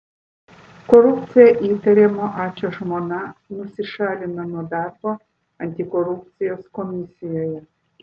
korupcija įtariamo ačo žmona nusišalina nuo darbo antikorupcijos komisijoje